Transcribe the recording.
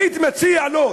הייתי מציע לו,